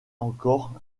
encore